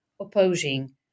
opposing